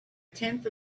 tenth